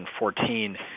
2014